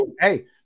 hey